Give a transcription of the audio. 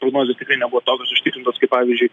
prognozės tikrai nebuvo tokios užtikrintos kaip pavyzdžiui